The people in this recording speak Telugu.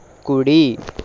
కుడి